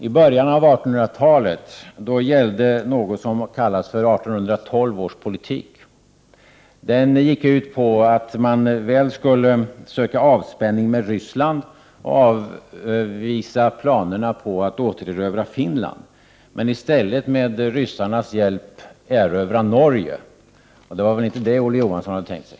I början av 1800-talet gällde något som kallas för 1812 års politik. Den gick ut på att man väl skulle söka avspänning med Ryssland och avvisa planerna på att återerövra Finland, men i stället skulle man med ryssarnas hjälp erövra Norge. Det var väl inte det Olof Johansson hade tänkt sig.